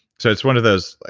so it's one of those,